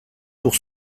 pour